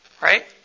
Right